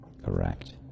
Correct